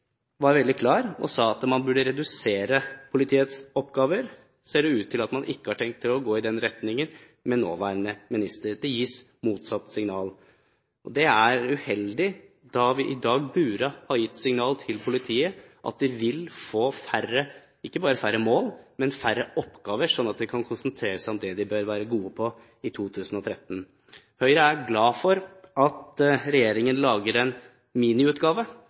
var veldig klar og sa at man burde redusere politiets oppgaver, ser det ut til at man med nåværende minister ikke har tenkt i den retningen. Det gis motsatt signal. Det er uheldig. Vi burde i dag ha gitt signal til politiet om at de vil få ikke bare færre mål, men færre oppgaver, sånn at de kan konsentrere seg om det de bør være gode på i 2013. Høyre er glad for at regjeringen lager en miniutgave